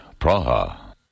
Praha